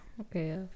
okay